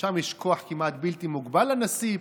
שם יש כוח כמעט בלתי מוגבל לנשיא.